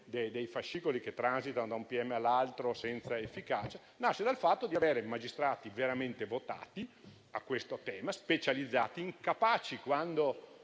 dei fascicoli che transitano da un pubblico ministero all'altro senza efficacia, nasce dal fatto di avere magistrati veramente votati al tema, specializzati e capaci, quando